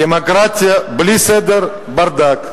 דמוקרטיה בלי סדר, ברדק,